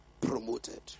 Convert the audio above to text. promoted